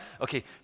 okay